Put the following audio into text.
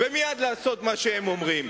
ומייד לעשות מה שהם אומרים.